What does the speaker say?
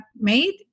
made